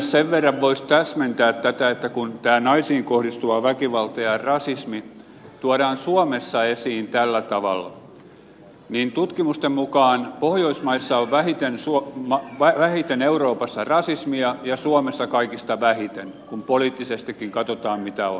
sen verran voisi täsmentää tätä että kun tämä naisiin kohdistuva väkivalta ja rasismi tuodaan suomessa esiin tällä tavalla niin tutkimusten mukaan pohjoismaissa on vähiten euroopassa rasismia ja suomessa kaikista vähiten kun poliittisestikin katsotaan mitä on